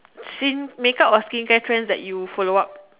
skin~ skincare or make up trends that you follow up